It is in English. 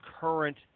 current